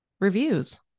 reviews